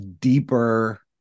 deeper